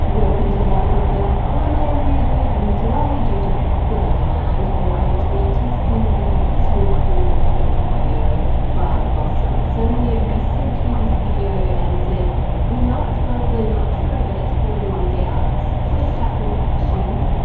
welcome to how to cook that i'm ann reardon and today due to popular demand i'm going to be testing the is your food fake video by blossom! so many of you sent me this video and said we know it's probably not true but it's causing doubts. first up we have cheese.